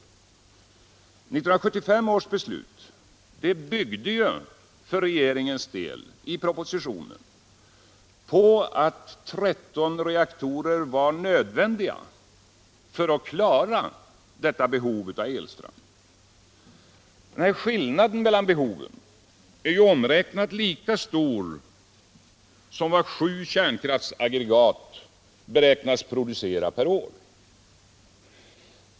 1975 års beslut byggde ju för regeringens del i propositionen på att 13 reaktorer var nödvändiga för att klara det behov som då förelåg. Skillnaden mellan behoven är omräknat lika stor som vad sju kärnkraftsaggregat beräknas producera per år.